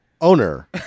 owner